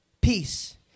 Peace